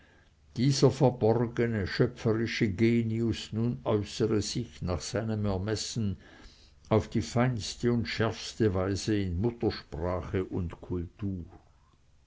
dieser verborgene schöpferische genius nun äußere sich nach seinem ermessen auf die feinste und schärfste weise in muttersprache und kultur